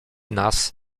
nas